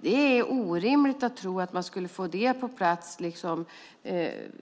Det är orimligt att tro att man skulle få det på plats